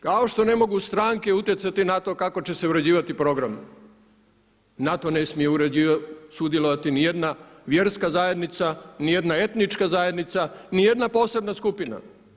Kao što ne mogu stranke utjecati na to kako će se uređivati program, na to ne smije sudjelovati ni jedna vjerska zajednica, ni jedna etnička zajednica, ni jedna posebna skupina.